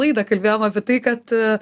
laidą kalbėjom apie tai kad